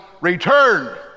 return